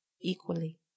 equally